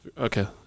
Okay